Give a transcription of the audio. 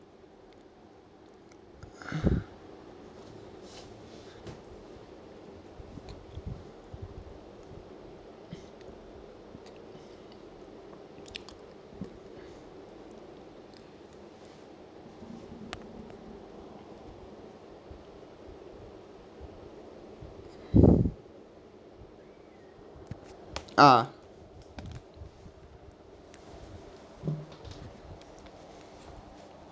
ah